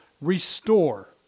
restore